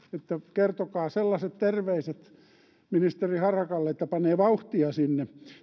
kertokaa sellaiset terveiset ministeri harakalle että panee vauhtia sinne